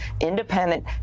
independent